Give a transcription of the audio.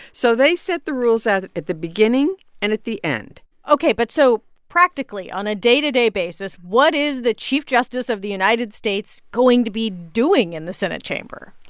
so they set the rules at at the beginning and at the end ok. but so, practically, on a day-to-day basis, what is the chief justice of the united states going to be doing in the senate chamber?